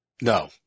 No